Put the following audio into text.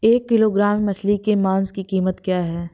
एक किलोग्राम मछली के मांस की कीमत क्या है?